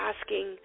asking